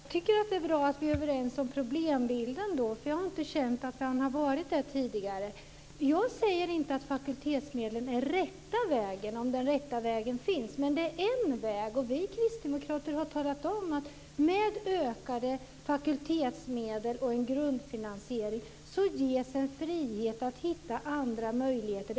Fru talman! Jag tycker att det är bra att vi är överens om problembilden. Jag har inte känt att vi har varit det tidigare. Jag säger inte att fakultetsmedlen är rätta vägen, om den rätta vägen finns, men det är en väg. Vi kristdemokrater har talat om att med ökade fakultetsmedel och grundfinansiering ges en frihet att hitta andra möjligheter.